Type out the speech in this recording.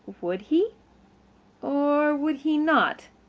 would he or would he not?